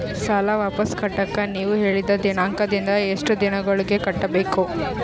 ಸಾಲ ವಾಪಸ್ ಕಟ್ಟಕ ನೇವು ಹೇಳಿದ ದಿನಾಂಕದಿಂದ ಎಷ್ಟು ದಿನದೊಳಗ ಕಟ್ಟಬೇಕು?